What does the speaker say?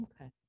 Okay